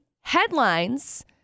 headlines